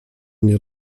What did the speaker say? nie